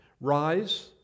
rise